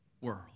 world